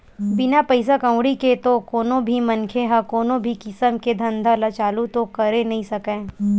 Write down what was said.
बिना पइसा कउड़ी के तो कोनो भी मनखे ह कोनो भी किसम के धंधा ल चालू तो करे नइ सकय